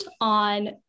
on